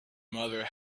mother